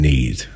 Need